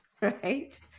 right